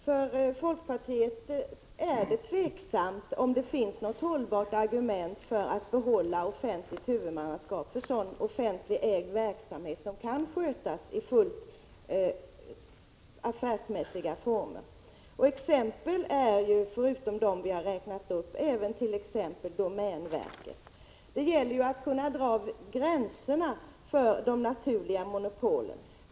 Fru talman! För folkpartiet är det tveksamt om det finns något hållbart argument för att behålla offentligt huvudmannaskap för sådan offentligt ägd verksamhet som kan skötas i fullt affärsmässiga former. Exempel är ju, förutom dem som vi har räknat upp, även domänverket. Det gäller att kunna dra gränserna för de naturliga monopolen.